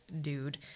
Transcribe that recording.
dude